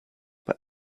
but